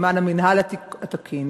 למען המינהל התקין,